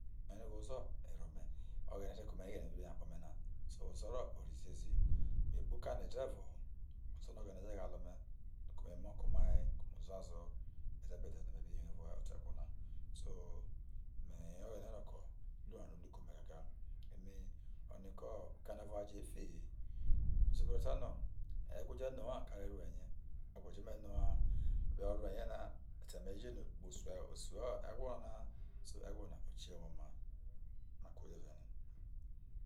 Evao ozo were ome oghene teke ome areghe no meti royo akpo me na so ozoro omo ziezime kpoho ukane devo ho but oghe neje ghale ome oke ome eno ke ome ayeivazo me te be je ro uzuazo me be ro goo so me yere oghene ne ke iruo nana noo biru ome na oroniko ukane ovo are ro fe he isoko tano ewhore doha ko a re rue rieewho ome ruha vusuy ewho na so ewho so e who na so e who na o kieho ome oma.